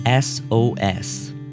SOS